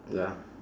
ya